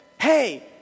Hey